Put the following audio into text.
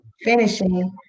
finishing